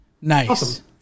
Nice